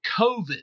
COVID